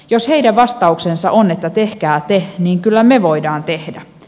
jos heidän vastauksensa on että tehkää te niin kyllä me voidaan tehdä